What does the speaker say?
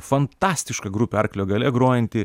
fantastiška grupė arklio galia grojanti